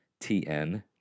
TN